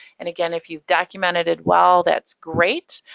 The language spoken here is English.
and again, if you've documented it well that's great.